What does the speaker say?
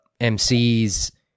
MCs